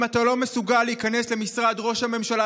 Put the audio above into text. אם אתה לא מסוגל להיכנס למשרד ראש הממשלה,